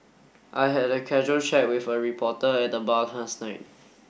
I had a casual chat with a reporter at the bar last night